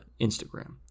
Instagram